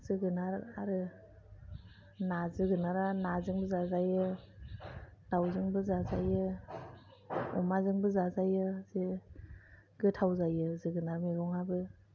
जोगोनार आरो ना जोगोनारजों जाजायो दाउजोंबो जाजायो अमा जोंबो जाजायो जि गोथाव जायो जोगोनार मैगंआबो